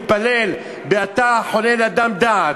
מתפלל "אתה חונן לאדם דעת",